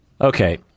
Okay